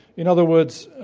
in other words,